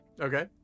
Okay